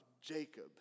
Jacob